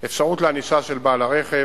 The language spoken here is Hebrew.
אפשרות לענישה של בעל הרכב,